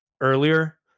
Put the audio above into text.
earlier